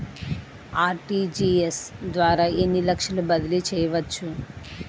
RTGS ద్వారా ఎన్ని లక్షలు బదిలీ చేయవచ్చు?